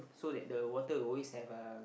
so that the water will always have uh